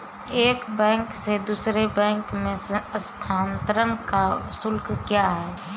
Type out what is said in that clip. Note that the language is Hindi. एक बैंक से दूसरे बैंक में स्थानांतरण का शुल्क क्या है?